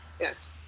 yes